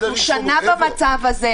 אנחנו שנה במצב הזה.